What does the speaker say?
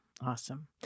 awesome